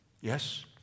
Yes